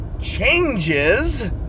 changes